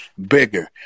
bigger